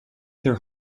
their